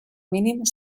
mínim